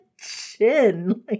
chin